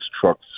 trucks